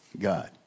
God